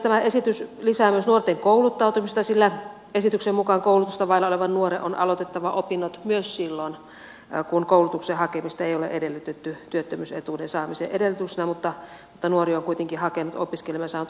tämä esitys lisää myös nuorten kouluttautumista sillä esityksen mukaan koulutusta vailla olevan nuoren on aloitettava opinnot myös silloin kun koulutukseen hakemista ei ole edellytetty työttömyysetuuden saamiseksi mutta nuori on kuitenkin hakenut opiskelemaan ja saanut opiskelupaikan